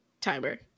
timer